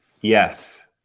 yes